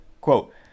quote